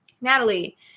Natalie